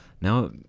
Now